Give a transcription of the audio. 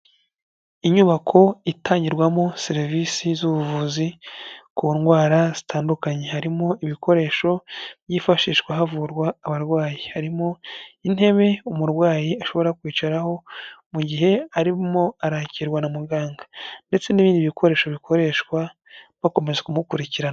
Inyubako itangirwamo serivisi z'ubuvuzi ku ndwara zitandukanye, harimo ibikoresho byifashishwa havurwa abarwayi, harimo intebe umurwayi ashobora kwicaraho mu gihe arimo arakirwa na muganga ndetse n'ibindi bikoresho bikoreshwa bakomeje kumukurikirana.